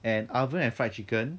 and oven and fried chicken